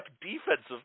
defensive